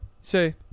say